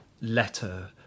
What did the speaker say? letter